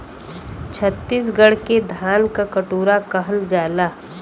छतीसगढ़ के धान क कटोरा कहल जाला